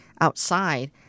outside